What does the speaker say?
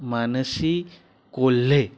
Mansi Kolhe